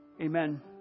Amen